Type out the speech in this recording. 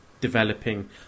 developing